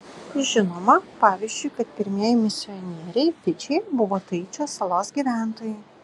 žinoma pavyzdžiui kad pirmieji misionieriai fidžyje buvo taičio salos gyventojai